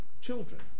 children